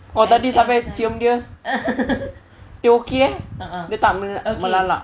oh tadi sampai cium dia dia okay eh dia tak melalak